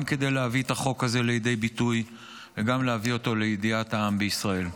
גם כדי להביא את החוק הזה לידי ביטוי וגם להביא אותו לידיעת העם בישראל.